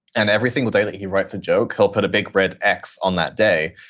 and every single day that he writes a joke, he'll put a big red x on that day.